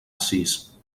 assís